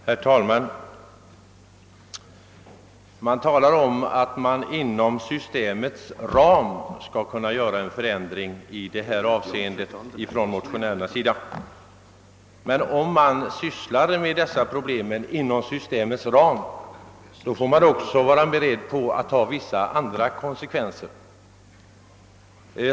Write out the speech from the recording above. Herr talman! Motionärerna talar om att det inom systemets ram skulle vara möjligt att göra en förändring i det här avseendet. Om man emellertid skall ändra inom systemets ram, får man också vara beredd på att ta vissa andra konsekvenser.